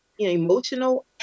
Emotional